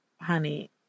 honey